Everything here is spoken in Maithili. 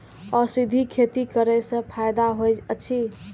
औषधि खेती करे स फायदा होय अछि?